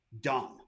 dumb